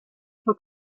for